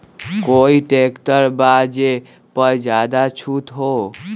कोइ ट्रैक्टर बा जे पर ज्यादा छूट हो?